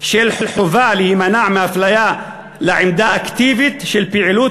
של חובה להימנע מאפליה לעמדה אקטיבית של פעילות